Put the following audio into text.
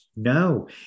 No